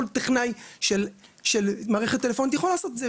כל טכנאי של מערכת טלפונית יכול לעשות את זה.